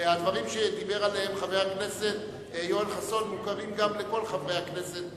הדברים שדיבר עליהם חבר הכנסת יואל חסון מוכרים גם לכל חברי הכנסת,